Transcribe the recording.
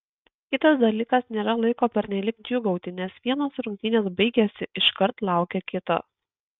kitas dalykas nėra laiko pernelyg džiūgauti nes vienos rungtynės baigėsi iškart laukia kitos